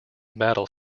battle